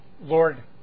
Lord